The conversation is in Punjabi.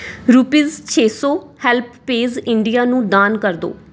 ਰੁਪੀਸ ਛੇ ਸੌ ਹੈਲਪਪੇਜ਼ ਇੰਡੀਆ ਨੂੰ ਦਾਨ ਕਰ ਦਿਓ